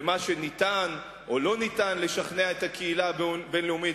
ומה שניתן או לא ניתן לשכנע את הקהילה הבין-לאומית,